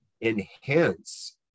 enhance